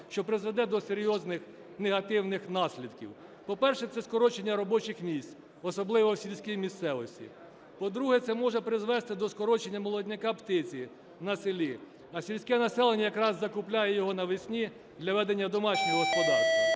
що призведе до серйозних негативних наслідків. По-перше, це скорочення робочих місць, особливо в сільській місцевості. По-друге, це може призвести до скорочення молодняка птиці на селі. А сільське населення якраз закупляє його навесні для ведення домашнього господарства.